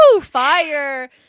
fire